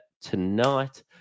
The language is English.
tonight